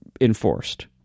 enforced